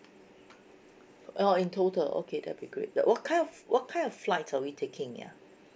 oh in total okay that'll be great what kind of what kind of flights are we taking ya